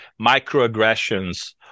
microaggressions